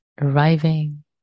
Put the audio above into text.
arriving